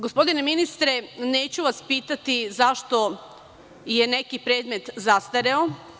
Gospodine ministre neću vas pitati zašto je neki predmet zastareo.